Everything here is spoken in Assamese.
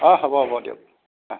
অ হ'ব হ'ব দিয়ক অ